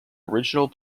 original